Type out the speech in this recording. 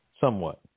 somewhat